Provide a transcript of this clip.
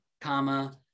comma